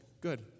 good